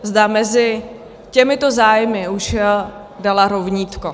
Zda mezi těmito zájmy už dala rovnítko.